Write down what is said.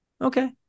Okay